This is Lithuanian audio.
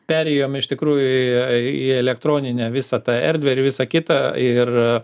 perėjom iš tikrųjų į į į elektroninę visą tą erdvę ir visa kita ir